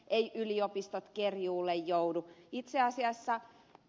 eivät yliopistot kerjuulle joudu